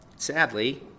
Sadly